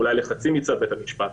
אולי לחצים מצד בית המשפט.